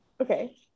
Okay